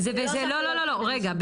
רגע,